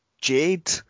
Jade